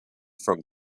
from